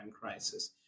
crisis